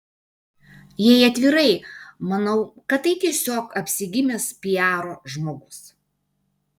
jei atvirai manau kad tai tiesiog apsigimęs piaro žmogus